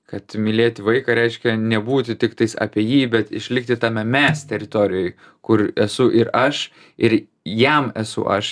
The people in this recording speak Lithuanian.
kad mylėti vaiką reiškia nebūti tiktais apie jį bet išlikti tame mes teritorijoj kur esu ir aš ir jam esu aš